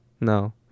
No